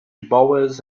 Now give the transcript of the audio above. bowes